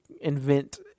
invent